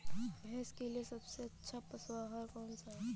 भैंस के लिए सबसे अच्छा पशु आहार कौन सा है?